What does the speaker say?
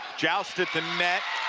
joust at the net,